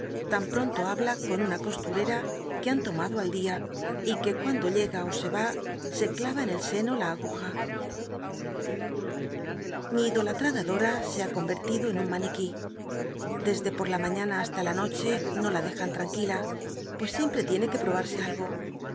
tan ptonlo h bla con una costurera que han lomado al dia y que cuando llega ó sera c cl t'a en el seno la aguja ili idolatrada dora se ha cotwcl'lido en un maniqln dc de por la maiiana hasta la noche no la dejan ttam uila pues siempre tiene que lli'obarsc algo